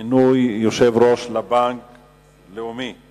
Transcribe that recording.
מינוי יושב-ראש לבנק לאומי,